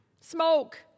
smoke